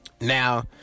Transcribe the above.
Now